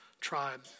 tribe